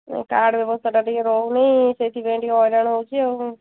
card ବ୍ୟବସ୍ତାଟା ଟିକେ ରହୁନି ସେଇଥିପାଇଁ ଟିକେ ହଇରାଣ ହେଉଛି ଆଉ